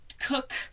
cook